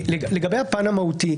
לגבי הפן המהותי,